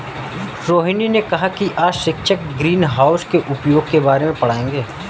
रोहिनी ने कहा कि आज शिक्षक ग्रीनहाउस के उपयोग के बारे में पढ़ाएंगे